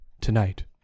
Tonight